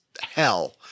hell